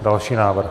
Další návrh.